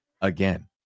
again